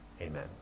Amen